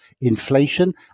inflation